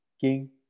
king